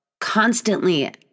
Constantly